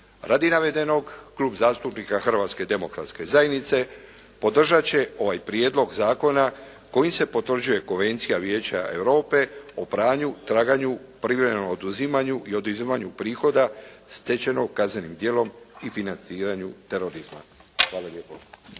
Radi navedenog Klub zastupnika Hrvatske demokratske zajednice podržati će ovaj prijedlog zakona kojim se potvrđuje Konvencija Vijeća Europe o pranju, traganju, privremenom oduzimanju i oduzimanju prihoda stečenog kaznenim djelom i financiranju terorizma. Hvala lijepo.